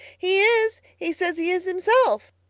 he is. he says he is himself,